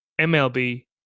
MLB